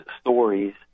stories